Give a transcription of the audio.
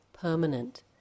Permanent